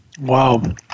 Wow